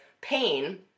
pain